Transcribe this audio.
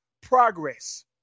progress